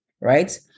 right